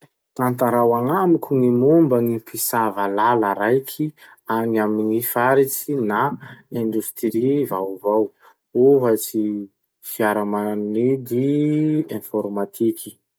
Tantarao agnamako gny momba gny mpisava lala raiky any amy gny faritsy na indostria vaovao. Ohatsy fiaramanidy, informatiky.